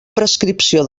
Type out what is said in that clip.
prescripció